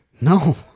No